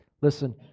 Listen